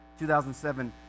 2007